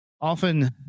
often